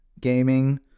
gaming